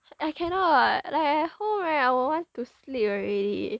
I cannot like at home right I would want to sleep already